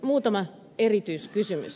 muutama erityiskysymys